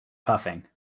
puffing